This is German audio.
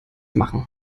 machen